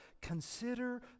consider